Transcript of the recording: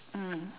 mm